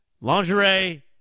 lingerie